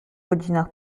godzinach